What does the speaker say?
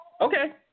Okay